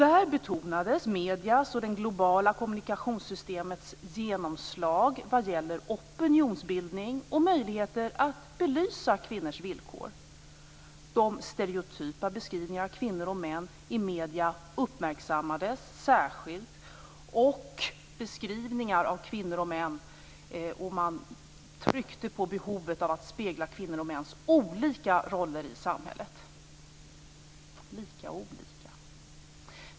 Där betonades mediernas och det globala kommunikationssystemets genomslag vad gäller opinionsbildning och möjligheter att belysa kvinnors villkor. De stereotypa beskrivningarna av kvinnor och män i medierna uppmärksammades särskilt, och man tryckte på behovet av att spegla kvinnors och mäns olika roller i samhället.